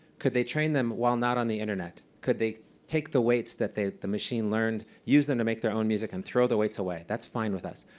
could they train them while not on the internet? could they take the weights that the machine learned, use them to make their own music and throw the weights away? that's fine with us.